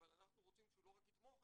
אבל אנחנו רוצים שהוא לא רק יתמוך,